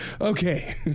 Okay